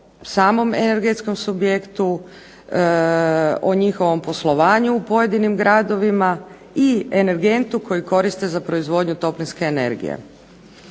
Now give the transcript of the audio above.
o samom energetskom subjektu, o njihovom poslovanju u pojedinim gradovima i energentu koji koriste za proizvodnju toplinske energije.